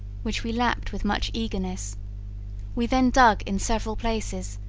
which we lapped with much eagerness we then dug in several places,